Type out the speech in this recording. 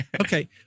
Okay